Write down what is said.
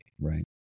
right